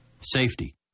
Safety